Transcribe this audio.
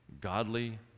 godly